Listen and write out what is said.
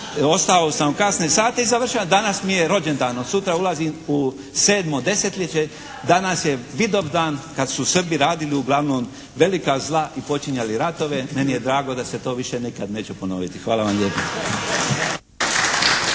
ostao sam u kasne sate i završavam. Danas mi je rođendan. Od sutra ulazim u sedmo desetljeće. Danas je Vidovdan, kad su Srbi radili uglavnom velika zla i počinjali ratove. Meni je drago da se to više nikad neće ponoviti. Hvala vam lijepa.